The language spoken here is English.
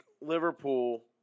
Liverpool